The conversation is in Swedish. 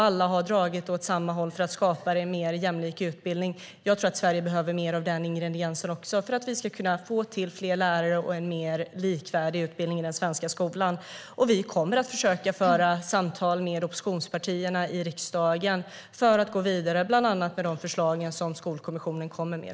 Alla har dragit åt samma håll för att skapa en mer jämlik utbildning. Jag tror att Sverige behöver mer av den ingrediensen för att vi ska kunna få till fler lärare och en mer likvärdig utbildning i den svenska skolan. Vi kommer att försöka föra samtal med oppositionspartierna i riksdagen för att gå vidare bland annat med de förslag som Skolkommissionen kommer med.